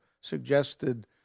suggested